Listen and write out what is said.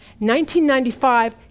1995